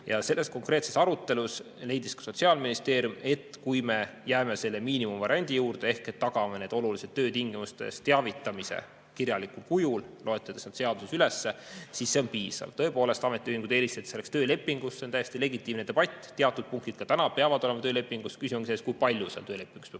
Selles konkreetses arutelus leidis ka Sotsiaalministeerium, et kui me jääme selle miinimumvariandi juurde ehk tagame olulistest töötingimustest teavitamise kirjalikul kujul, loetledes need seaduses üles, siis see on piisav. Tõepoolest, ametiühingud eelistasid selleks töölepingut. See on täiesti legitiimne debatt, teatud punktid peavad ka praegu olema töölepingus. Küsimus on, kui palju peab töölepingus